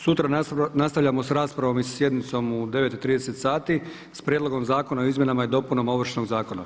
Sutra nastavljamo sa raspravom i sjednicom u 9,30 sati s prijedlogom Zakona o izmjenama i dopunama Ovršnog zakona.